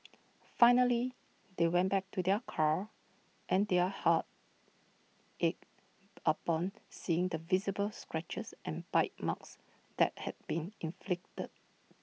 finally they went back to their car and their hearts ached upon seeing the visible scratches and bite marks that had been inflicted